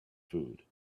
food